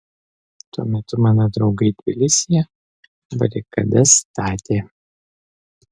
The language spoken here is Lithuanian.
tuo metu mano draugai tbilisyje barikadas statė